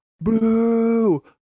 BOO